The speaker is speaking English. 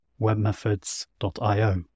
webmethods.io